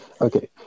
Okay